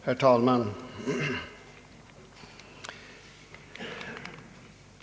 Herr talman!